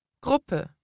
Gruppe